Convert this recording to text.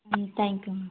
ம் தேங்க்யூங்க